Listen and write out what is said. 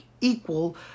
equal